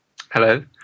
Hello